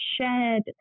shared